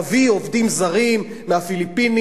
נביא עובדים זרים מהפיליפינים,